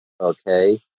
Okay